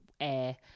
air